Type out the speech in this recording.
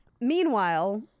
meanwhile